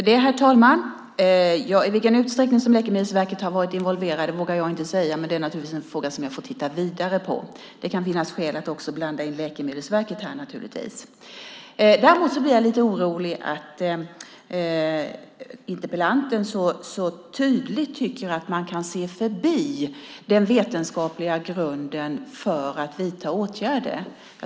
Herr talman! I vilken utsträckning som Läkemedelsverket varit involverat vågar jag inte säga. Det är naturligtvis en fråga som jag får titta vidare på. Det kan finnas skäl att också blanda in Läkemedelsverket. Jag blir lite orolig över att interpellanten så tydligt tycker att man kan se förbi den vetenskapliga grunden för att vidta åtgärder.